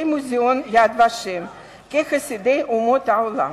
מוזיאון "יד ושם" כחסידי אומות העולם,